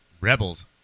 Rebels